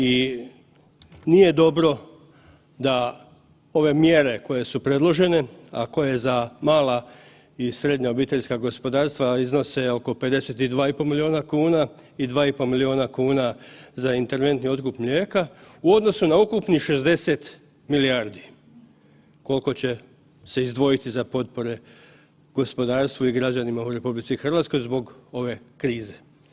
I nije dobro da ove mjere koje su predložene, a koje za mala i srednja obiteljska gospodarstva iznose oko 52,5 miliona kuna i 2,5 miliona kuna za interventni otkup mlijeka u odnosu na ukupnih 60 milijardi koliko će se izdvojiti za potpore u gospodarstvu i građanima u RH zbog ove krize.